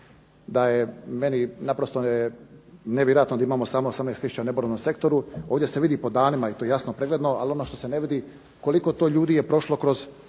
da je meni naprosto je nevjerojatno da imamo samo 18000 u neborbenom sektoru. Ovdje se vidi po danima i to je jasno pregledno, ali ono što se ne vidi koliko to ljudi je prošlo kroz